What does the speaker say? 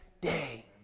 day